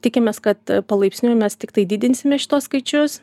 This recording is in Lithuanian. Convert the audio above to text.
tikimės kad palaipsniui mes tiktai didinsime šituos skaičius